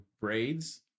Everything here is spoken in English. braids